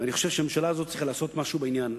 אני חושב שהממשלה הזאת צריכה לעשות משהו בעניין.